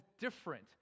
different